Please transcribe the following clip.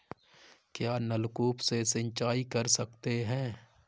क्या नलकूप से सिंचाई कर सकते हैं?